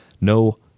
No